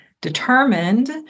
determined